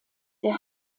der